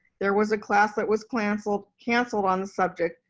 there was a class that was canceled canceled on the subject,